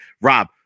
Rob